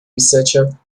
researcher